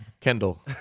Kendall